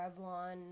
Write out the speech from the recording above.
Revlon